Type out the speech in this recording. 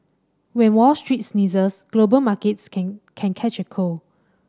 when Wall Street sneezes global markets can can catch a cold